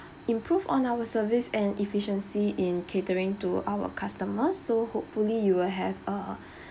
improve on our service and efficiency in catering to our customers so hopefully you will have a